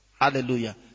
Hallelujah